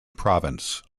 province